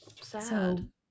sad